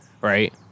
right